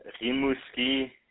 Rimouski